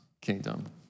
kingdom